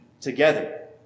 together